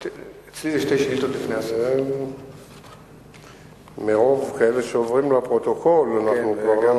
2. מה ייעשה כדי לשרת את הנוסעים בצורה נוחה ומהירה?